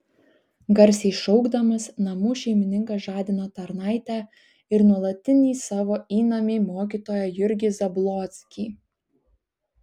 garsiai šaukdamas namų šeimininkas žadino tarnaitę ir nuolatinį savo įnamį mokytoją jurgį zablockį